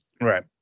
Right